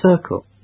circle